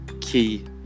key